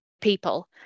people